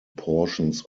portions